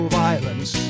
violence